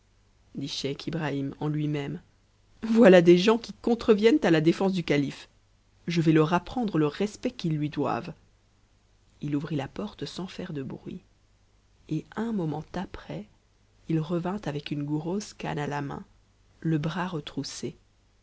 dit scheich lbrahiul en tui même voilà des gens qui contreviennent à la défense du catife je vais leur apprendre le respect qu'ils lui doivent il il ouvrit la porte sans aire de bruit et un moment après il revint avec une grosse caune a main le bras retroussé